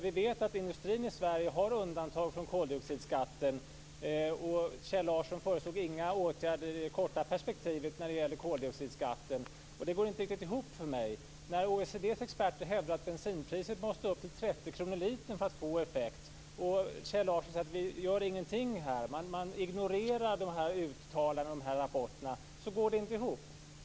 Vi vet att industrin i Sverige har undantag från koldioxidskatten. Kjell Larsson föreslog inga åtgärder i det korta perspektivet när det gällde koldioxidskatten. Det går inte riktigt ihop för mig. OECD:s experter hävdar att bensinpriset måste upp till 30 kr per liter för att det ska få effekt och Kjell Larsson säger att man inte gör någonting. Man ignorerar de här uttalandena och de här rapporterna. Det går inte ihop.